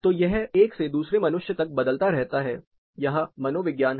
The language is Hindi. तो यह एक से दूसरे मनुष्य तक बदलता रहता है यहां मनोविज्ञान है